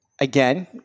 Again